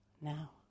now